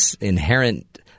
inherent